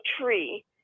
tree